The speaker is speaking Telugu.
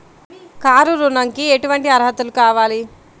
కారు ఋణంకి ఎటువంటి అర్హతలు కావాలి?